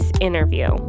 interview